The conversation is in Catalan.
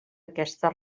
aquesta